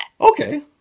Okay